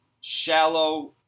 shallow